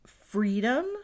Freedom